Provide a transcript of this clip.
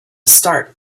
start